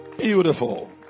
Beautiful